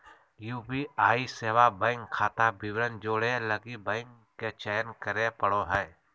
UPI सेवा bank खाता विवरण जोड़े लगी बैंक के चयन करे पड़ो हइ